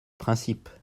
principe